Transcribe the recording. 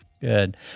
Good